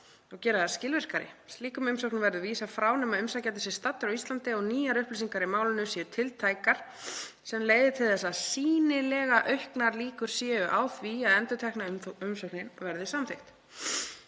og gera þær skilvirkari. Slíkum umsóknum verður vísað frá nema umsækjandinn sé staddur á Íslandi og nýjar upplýsingar í málinu séu tiltækar sem leiði til þess að sýnilega auknar líkur séu á því að endurtekna umsóknin verði samþykkt.